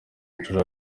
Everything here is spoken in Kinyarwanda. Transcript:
nshuro